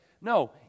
No